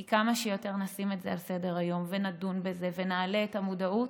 כי כמה שיותר נשים את זה על סדר-היום ונדון בזה ונעלה את המודעות,